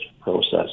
process